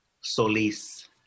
Solis